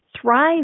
thrive